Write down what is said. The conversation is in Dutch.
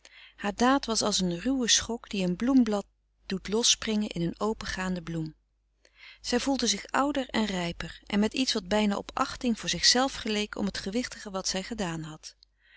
haar daad was als een ruwe schok die een bloemblad doet los springen in een opengaande bloem zij voelde zich ouder en rijper en met iets wat bijna op achting voor zichzelf geleek om t gewichtige wat zij gedaan had